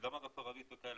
זה גם ערבית וכאלה,